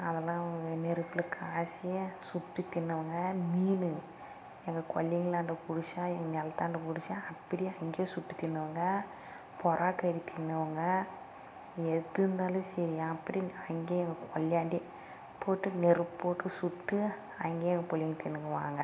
அதெல்லாம் வெண்ணீருக்குள்ள காய்ச்சி சுட்டுக் தின்னுவோங்க மீன் எங்க கொள்ளிங்களாண்ட பிடிச்சா எங்கள் நிலத்தாண்ட பிடிச்சா அப்படியே அங்கேயே சுட்டு தின்னுவோம்ங்க புறாக்கறி தின்னுவோங்க எது இருந்தாலும் சரி அப்படியே அங்கேயெ கொள்ளியாண்டே போட்டு நெருப்புபோட்டு சுட்டு அங்கேயே எங்கள் பிள்ளைங்க தின்னுகுவாங்கள்